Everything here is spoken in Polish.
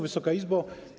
Wysoka Izbo!